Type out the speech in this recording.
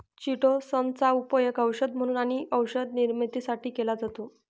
chitosan चा उपयोग औषध म्हणून आणि औषध निर्मितीसाठी केला जातो